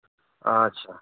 ᱟᱪᱷᱟ